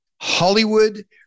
Hollywood